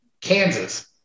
Kansas